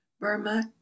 burma